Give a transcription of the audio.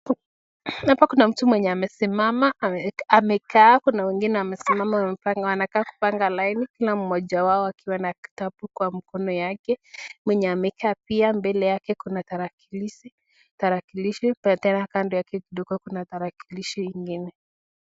Hapa kuna mtu mwenye amesimama amekaa kuna wengine, wamesimama wamepanga laini, tunaona mmoja wao akiwa na kitabu kwa mkono wake mwenye amekaa pia mbele yake ako na talakilishi tena kando yake kuna talakilishi ingine.